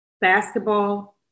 Basketball